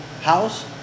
house